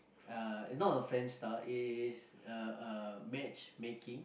uh not a friendster is a a matchmaking